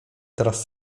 teraz